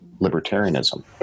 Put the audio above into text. libertarianism